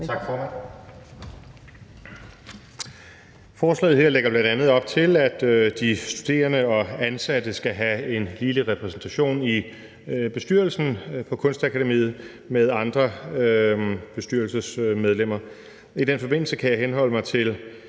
Tak, formand. Forslaget her lægger bl.a. op til, at de studerende og ansatte skal have en ligelig repræsentation i bestyrelsen på Kunstakademiet med andre bestyrelsesmedlemmer. I den forbindelse kan jeg henholde mig til